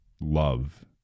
love